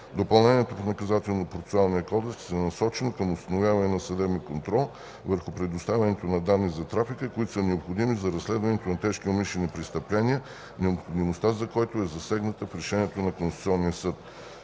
Допълнението в Наказателно-процесуалния кодекс е насочено към установяване на съдебен контрол върху предоставянето на данни за трафика, които са необходими за разследването на тежки умишлени престъпления, необходимостта за който е засегната в решението на Конституционния съд.